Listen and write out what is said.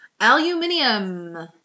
Aluminium